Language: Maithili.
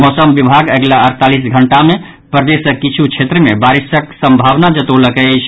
मौसम विभाग अगिला अड़तालीस घंटा मे प्रदेशक किछु क्षेत्र मे बारिस संभावना जतौलक अछि